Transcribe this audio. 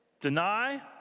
Deny